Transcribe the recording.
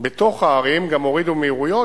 בתוך הערים גם הורידו מהירויות.